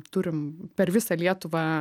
turim per visą lietuvą